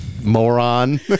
Moron